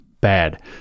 bad